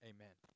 Amen